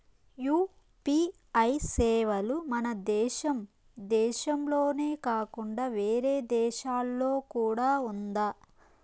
UPI సేవలు మన దేశం దేశంలోనే కాకుండా వేరే దేశాల్లో కూడా ఉందా?